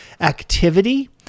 activity